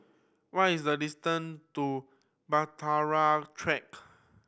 what is the distance to Bahtera Track